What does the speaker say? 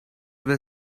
were